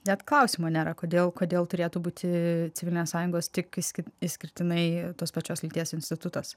net klausimo nėra kodėl kodėl turėtų būti civilinės sąjungos tik kaip išskirtinai tos pačios lyties institutas